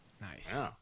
Nice